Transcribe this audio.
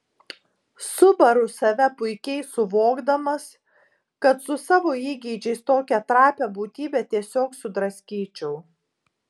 subaru save puikiai suvokdamas kad su savo įgeidžiais tokią trapią būtybę tiesiog sudraskyčiau